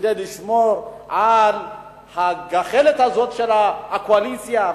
כדי לשמור על הגחלת הזאת של הקואליציה,